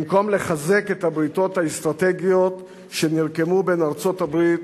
במקום לחזק את הבריתות האסטרטגיות שנרקמו בין ארצות-הברית